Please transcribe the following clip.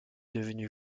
devenu